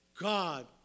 God